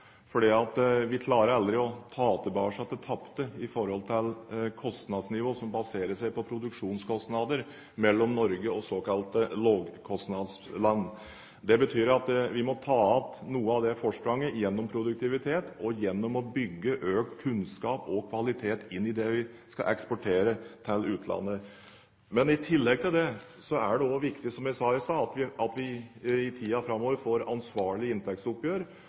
Vi klarer aldri å ta tilbake det tapte når det gjelder forskjellen i kostnadsnivå som baserer seg på produksjonskostnader, mellom Norge og såkalte lavkostnadsland. Det betyr at vi må ta igjen noe av det forspranget gjennom produktivitet og gjennom å bygge økt kunnskap og kvalitet inn i det vi skal eksportere til utlandet. Men i tillegg til det er det også viktig, som jeg sa i stad, at vi i tiden framover får ansvarlige inntektsoppgjør,